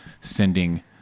sending